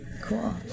Cool